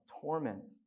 torment